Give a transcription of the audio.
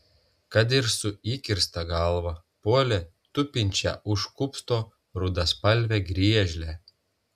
kad ir su įkirsta galva puolė tupinčią už kupsto rudaspalvę griežlę